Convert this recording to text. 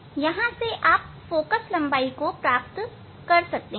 और यहां से आप फोकल लंबाई प्राप्त कर सकते हैं